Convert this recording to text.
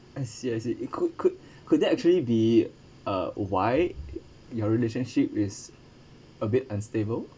I see I see it could could could that actually be uh why your relationship is a bit unstable